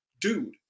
dude